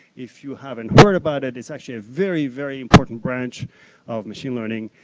if you haven't heard about it, is actually a very, very important branch of machine learning,